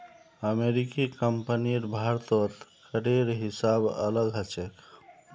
अमेरिकी कंपनीर भारतत करेर हिसाब अलग ह छेक